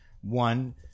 one